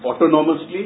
autonomously